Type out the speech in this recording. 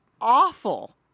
awful